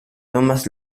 tomás